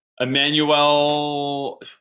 Emmanuel